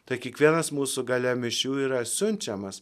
tad kiekvienas mūsų gale mišių yra siunčiamas